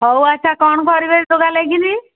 ହଉ ଆଚ୍ଛା କ'ଣ କରିବେ ଏତେଗୁଡ଼ା ନେଇକି